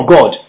God